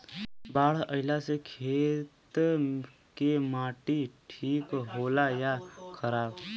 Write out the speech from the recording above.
बाढ़ अईला से खेत के माटी ठीक होला या खराब?